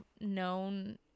known